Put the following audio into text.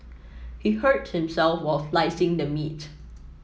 he hurt himself while slicing the meat